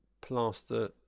plaster